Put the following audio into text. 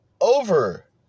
over